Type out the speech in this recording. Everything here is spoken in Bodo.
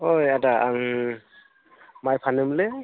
ओइ आदा आं माइ फाननोमोनलै